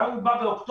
גם אם מדובר באוקטובר,